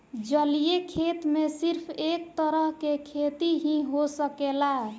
जलीय खेती में सिर्फ एक तरह के खेती ही हो सकेला